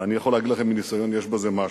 ואני יכול להגיד לכם מניסיון: יש בזה משהו.